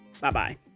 Bye-bye